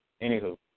Anywho